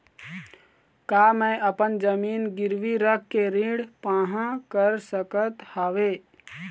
का मैं अपन जमीन गिरवी रख के ऋण पाहां कर सकत हावे?